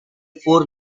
four